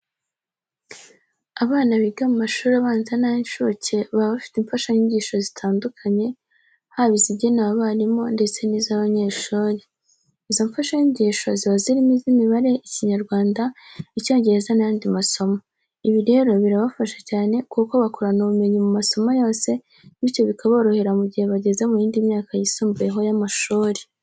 Abana biga mu mashuri abanza n'ay'incuke baba bafie imfashanyigisho zitandukanye, haba izagenewe abarimu ndetse n'iz'abanyeshuri. Izo mfashanyigisho ziba zirimo iz'Imibare, Ikinyarwanda, Icyngereza n'ayandi masomo. Ibi rero birabafasha cyane kuko bakurana ubumenyi mu masomo yose bityo bikaborohera mu gihe bageze mu yindi myaka yisumbuyeho y'amashuri.